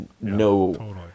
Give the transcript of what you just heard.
no